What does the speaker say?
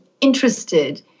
interested